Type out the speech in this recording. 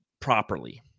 properly